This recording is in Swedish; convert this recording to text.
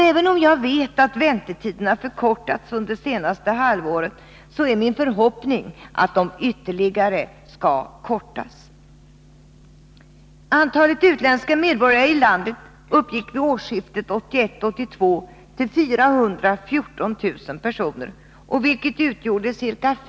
Även om jag vet att väntetiderna har förkortats under det senaste halvåret, är min förhoppning att de ytterligare skall kortas.